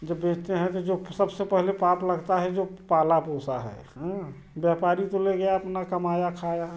जब बेचते हैं तो जो सबसे पहले पाप लगता है जो पाला पोसा है व्यापारी तो ले गया अपना कमाया खाया